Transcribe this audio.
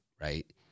right